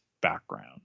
background